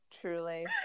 truly